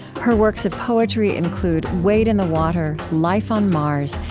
her works of poetry include wade in the water, life on mars,